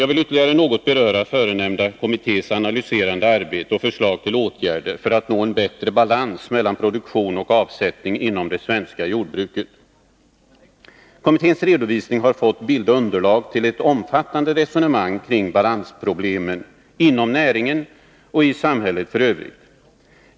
Jag vill ytterligare något beröra förenämnda kommittés analyserande arbete och förslag till åtgärder för att nå en bättre balans mellan produktion och avsättning i det svenska jordbruket. Kommitténs redovisning har fått bilda underlag för ett omfattande resonemang kring balansproblemen inom näringen och i samhället i övrigt.